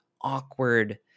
awkward